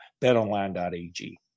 betonline.ag